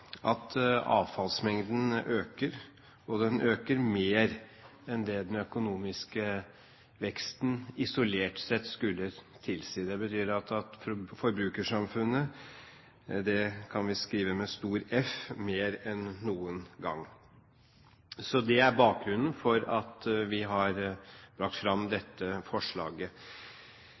at avfallsmengden øker, og den øker mer enn det den økonomiske veksten isolert sett skulle tilsi. Det betyr at vi kan skrive Forbrukersamfunnet – med stor F – mer enn noen gang. Det er bakgrunnen for at vi har lagt fram dette forslaget.